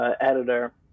editor